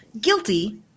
guilty